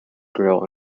grill